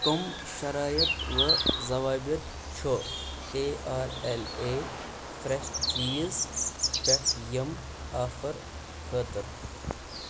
کٕم شرائط و ضوابط چھُ A R L A fresh چیٖز پٮ۪ٹھ یِم آفر خٲطرٕ؟